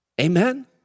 Amen